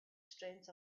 strength